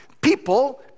People